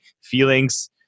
feelings